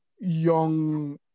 young